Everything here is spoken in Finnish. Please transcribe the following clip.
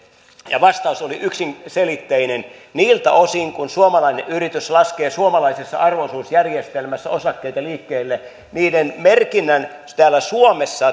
vastaus oli yksiselitteinen niiltä osin kuin suomalainen yritys laskee suomalaisessa arvo osuusjärjestelmässä osakkeita liikkeelle niiden merkinnän täällä suomessa